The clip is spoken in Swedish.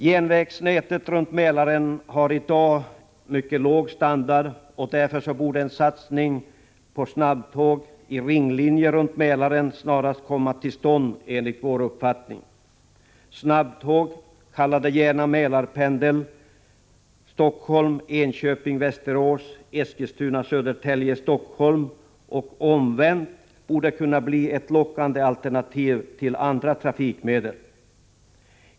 Järnvägsnätet runt Mälaren har i dag mycket låg standard, och därför borde en satsning på snabbtåg i ringlinje runt Mälaren snarast komma till stånd enligt vår uppfattning. Snabbtåg, kalla det gärna ”Mälarpendel”, Stockholm-Enköping-Västerås-Eskilstuna-Södertälje-Stockholm och omvänt borde kunna bli ett lockande alternativ till andra trafikmedel.